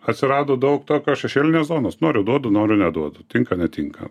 atsirado daug tokios šešėlinės zonos noriu duodu noriu neduodu tinka netinka